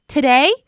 Today